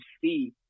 see